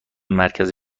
مرکز